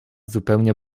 zupełnie